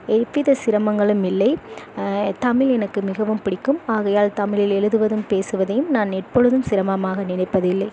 எவ்வித சிரமங்களும் இல்லை தமிழ் எனக்கு மிகவும் பிடிக்கும் ஆகையால் தமிழில் எழுதுவதும் பேசுவதையும் நான் எப்பொழுதும் சிரமமாக நினைப்பதில்லை